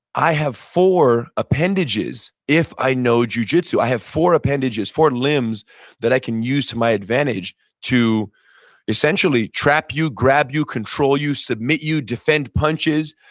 i have four appendages if i know jujitsu. i have four appendages, four limbs that i can use to my advantage to essentially trap you, grab you, control you, submit you, defend punches,